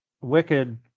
wicked